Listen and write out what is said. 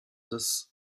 des